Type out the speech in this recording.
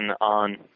on